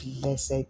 blessed